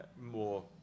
more